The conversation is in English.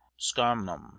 scamnum